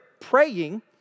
praying